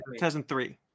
2003